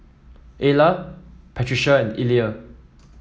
Ayla Patricia and Illya